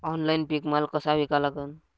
Online पीक माल कसा विका लागन?